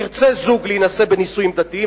ירצה זוג להינשא בנישואים דתיים,